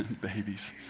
Babies